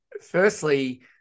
firstly